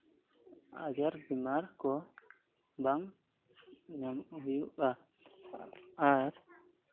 ᱟᱡᱟᱨ ᱵᱤᱢᱟᱨ ᱠᱚ ᱵᱟᱝ ᱦᱩᱭᱩᱜᱼᱟ ᱟᱨ